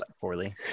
poorly